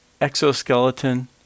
exoskeleton